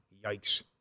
Yikes